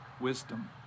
wisdom